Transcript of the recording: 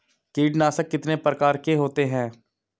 कीटनाशक कितने प्रकार के होते हैं?